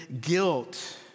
guilt